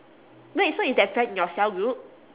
wait so is that friend in your cell group